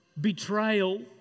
betrayal